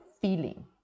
feeling